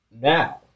now